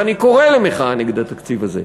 ואני קורא למחאה נגד התקציב הזה.